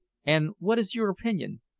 and what is your opinion?